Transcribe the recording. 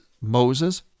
Moses